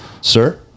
Sir